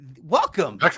welcome